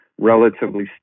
relatively